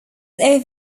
often